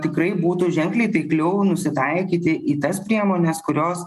tikrai būtų ženkliai taikliau nusitaikyti į tas priemones kurios